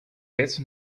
best